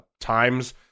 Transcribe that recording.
times